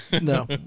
No